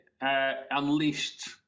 unleashed